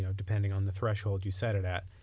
so depending on the threshold you set it at.